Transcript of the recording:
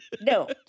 No